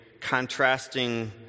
contrasting